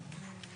נכה,